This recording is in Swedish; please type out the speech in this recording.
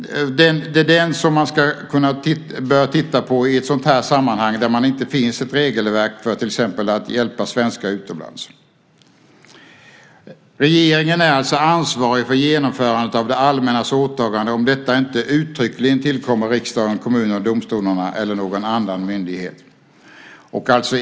Det är den man bör titta på i ett sådant här sammanhang där det inte finns ett regelverk för att till exempel hjälpa svenskar utomlands. Regeringen är alltså ansvarig för genomförandet av det allmännas åtagande om inte detta uttryckligen tillkommer riksdagen, kommunerna, domstolarna eller någon annan myndighet.